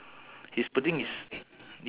he got watch ah